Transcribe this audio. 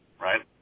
right